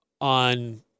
on